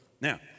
now